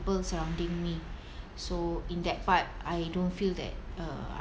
people surrounding me so in that part I don't feel that uh